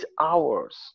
hours